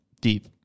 deep